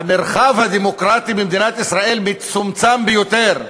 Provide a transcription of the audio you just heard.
המרחב הדמוקרטי במדינת ישראל מצומצם ביותר.